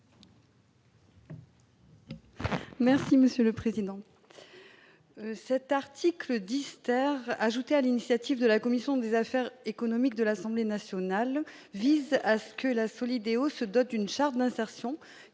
Merci monsieur le président,